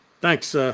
Thanks